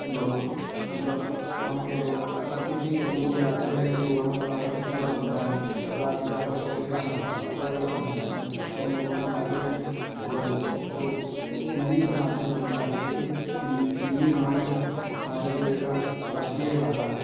लोग मतलब वहाँ के लोग क्योंकि हम लोग जाते हैं कहीं तो वहाँ की भाषा कुछ अलग होती है सब राज्य का हर स्टेट की हर अलग अलग भाषा है तो हम लोग वहाँ जाते हैं तो उसको हिंदी के माध्यम से समझाते हैं क्योंकि हिंदी हमारे हमारे देश की राष्ट्रीय भाषा है